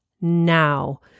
now